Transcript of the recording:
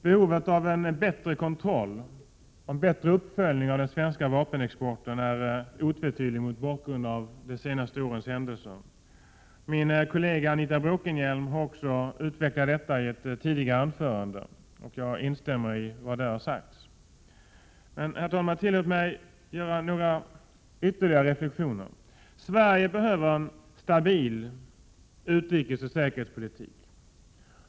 Behovet av en bättre kontroll och en bättre uppföljning av den svenska vapenexporten är otvetydigt mot bakgrund av de senaste årens händelser. Min kollega Anita Bråkenhielm har utvecklat detta i ett anförande tidigare. Jag instämmer i vad som där har sagts. Så ytterligare några reflexioner. Sverige behöver en stabil utrikesoch säkerhetspolitik.